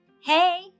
Hey